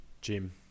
Jim